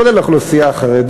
כולל האוכלוסייה החרדית,